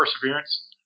perseverance